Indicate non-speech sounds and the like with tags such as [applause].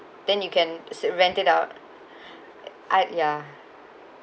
then you can say rent it out [breath] uh ya